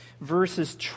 verses